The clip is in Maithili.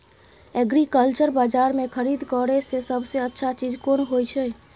एग्रीकल्चर बाजार में खरीद करे से सबसे अच्छा चीज कोन होय छै?